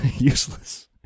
useless